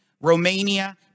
Romania